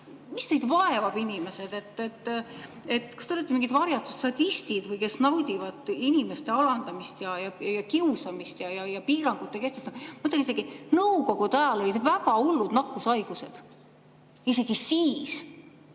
Mis teid vaevab, inimesed? Kas te olete mingid varjatud sadistid, kes naudivad inimeste alandamist ja kiusamist ja piirangute kehtestamist? Ma ütlen, et isegi nõukogude ajal olid väga hullud nakkushaigused, aga isegi siis